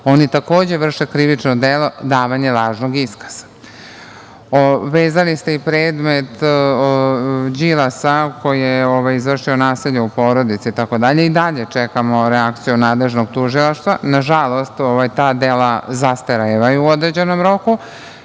oni takođe vrše krivično delo davanja lažnog iskaza. Vezali ste i predmet Đilasa koji je izvršio nasilje u porodici itd. I dalje čekamo reakciju nadležnog tužilaštva. Nažalost, ta dela zastarevaju u određenom roku.